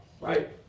right